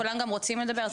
כולם גם רוצים לדבר.